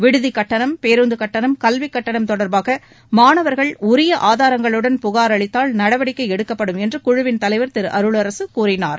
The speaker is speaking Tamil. விடுதி கட்டணம் பேருந்து கட்டணம் கல்வி கட்டணம் தொடர்பாக மாணவர்கள் உரிய ஆதாரங்களுடன் புகார் அளித்தால் நடவடிக்கை எடுக்கப்படும் என்று குழுவின் தலைவர் திரு அருளரசு கூறினார்